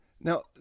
Now